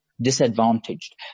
disadvantaged